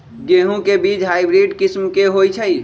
गेंहू के बीज हाइब्रिड किस्म के होई छई?